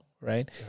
right